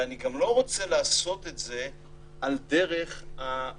אני גם לא רוצה לעשות את זה על דרך זה